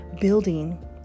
Building